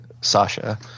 Sasha